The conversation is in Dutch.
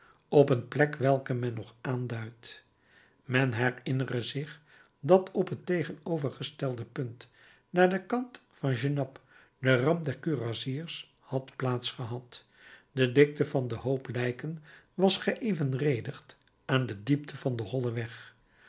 op een plek welke men nog aanduidt men herinnere zich dat op het tegenovergestelde punt naar den kant van genappe de ramp der kurassiers had plaats gehad de dikte van den hoop lijken was geëvenredigd aan de diepte van den hollen weg